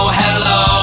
hello